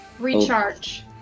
Recharge